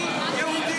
אני יהודי.